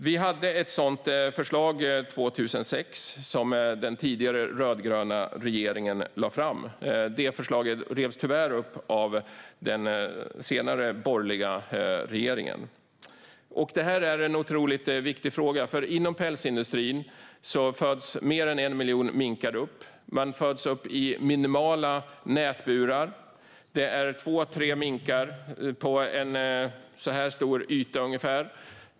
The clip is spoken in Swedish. Vi hade ett sådant förslag 2006, som den tidigare rödgröna regeringen lade fram. Det förslaget revs tyvärr upp av den senare borgerliga regeringen. Det här är en otroligt viktig fråga, för inom pälsindustrin föds mer än 1 miljon minkar upp. De föds upp i minimala nätburar. Det är två tre minkar i varje bur.